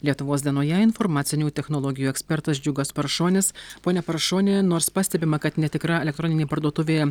lietuvos dienoje informacinių technologijų ekspertas džiugas paršonis pone paršoni nors pastebima kad netikra elektroninė parduotuvė